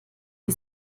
die